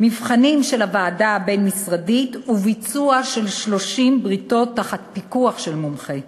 מבחנים של הוועדה הבין-משרדית וביצוע של 30 בריתות תחת פיקוח של מומחה.